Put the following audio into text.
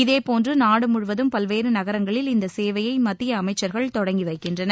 இதேபோன்று நாடுமுழுவதும் பல்வேறு நகரங்களில் இந்த சேவையை மத்திய அமைச்சர்கள் தொடங்கி வைக்கின்றனர்